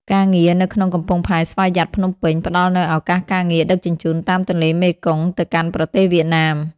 ការងារនៅក្នុងកំពង់ផែស្វយ័តភ្នំពេញ ផ្តល់នូវឱកាសការងារដឹកជញ្ជូនតាមទន្លេមេគង្គទៅកាន់ប្រទេសវៀតណាម។